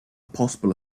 possible